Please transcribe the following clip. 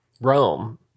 Rome